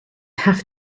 have